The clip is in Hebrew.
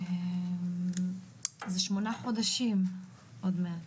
זה שמונה חודשים עוד מעט.